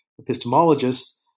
epistemologists